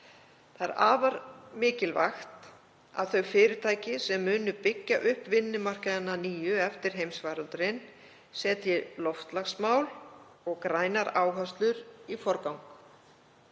Afar mikilvægt er að þau fyrirtæki sem munu byggja upp vinnumarkaðinn að nýju eftir heimsfaraldurinn setji loftslagsmál og grænar áherslur í forgang.